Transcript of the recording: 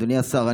אדוני השר,